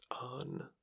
on